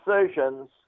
decisions